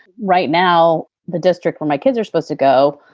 right now, the district where my kids are supposed to go,